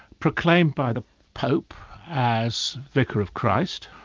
proclaimed by the pope as vicar of christ,